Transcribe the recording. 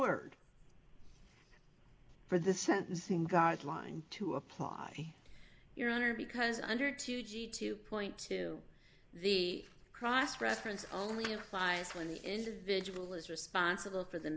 word for the sentencing guideline to apply your honor because under two g two point two the cross reference only applies when the individual is responsible for the